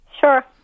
Sure